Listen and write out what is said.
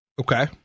Okay